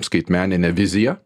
skaitmeninę viziją